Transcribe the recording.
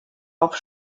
auf